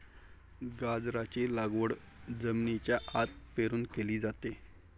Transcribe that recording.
गाजराची लागवड जमिनीच्या आत पेरून केली जाते